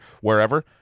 wherever